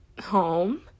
home